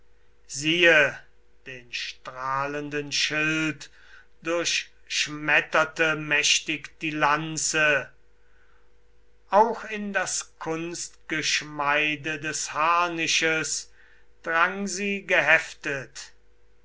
siehe den strahlenden schild durchschmetterte mächtig die lanze auch in das kunstgeschmeide des harnisches drang sie geheftet